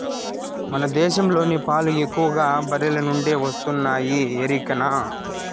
మన దేశంలోని పాలు ఎక్కువగా బర్రెల నుండే వస్తున్నాయి ఎరికనా